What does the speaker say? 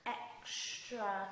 extra